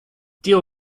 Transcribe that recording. deal